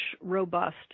robust